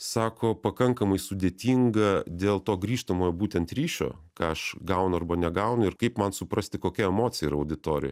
sako pakankamai sudėtinga dėl to grįžtamojo būtent ryšio ką aš gaunu arba negaunu ir kaip man suprasti kokia emocija yra auditorijoj